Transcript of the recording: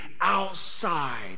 outside